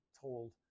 told